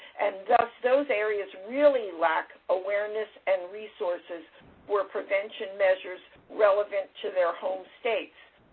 and those areas really lack awareness and resources where prevention measures relevant to their whole state.